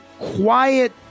quiet